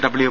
W